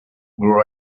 grow